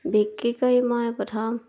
বিক্ৰী কৰি মই প্ৰথম